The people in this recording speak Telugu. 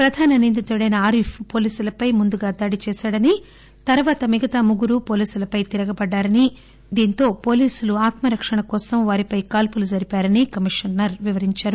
ప్రధాన నిందితుడైన ఆరీఫ్ పోలీసులపై ముందుగా దాడి చేశాడని తర్వాత మిగతా ముగ్గురు పోలీసులపై తిరగబడ్డారని దీనితో పోలీసులు ఆత్మరక్షణ కోసం వారిపై కాల్పులు జరిపారని కమిషనర్ వివరించారు